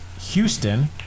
Houston